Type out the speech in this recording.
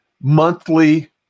monthly